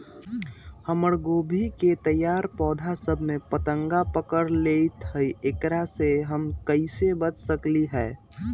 हमर गोभी के तैयार पौधा सब में फतंगा पकड़ लेई थई एकरा से हम कईसे बच सकली है?